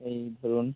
এই ধরুন